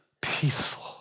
peaceful